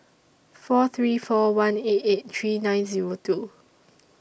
four three four one eight eight three nine Zero two